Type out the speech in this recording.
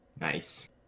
Nice